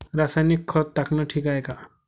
रासायनिक खत टाकनं ठीक हाये का?